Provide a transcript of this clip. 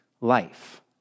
life